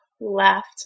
left